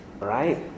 right